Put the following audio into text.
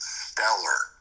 stellar